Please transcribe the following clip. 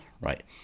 Right